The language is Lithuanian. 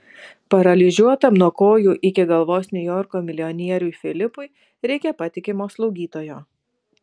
paralyžiuotam nuo kojų iki galvos niujorko milijonieriui filipui reikia patikimo slaugytojo